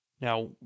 Now